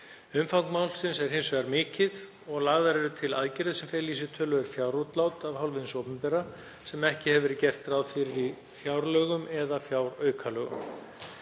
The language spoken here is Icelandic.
Umfang málsins er hins vegar mikið og lagðar eru til aðgerðir sem fela í sér töluverð fjárútlát af hálfu hins opinbera sem ekki hefur verið gert ráð fyrir í fjárlögum eða fjáraukalögum.